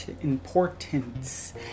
importance